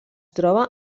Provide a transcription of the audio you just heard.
troba